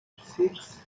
six